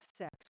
sex